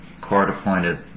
court-appointed